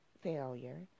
failure